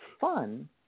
fun